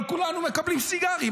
אבל כולנו מקבלים סיגרים,